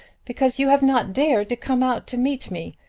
because you have not dared to come out to meet me.